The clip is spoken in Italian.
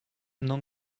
non